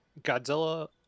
Godzilla